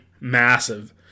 massive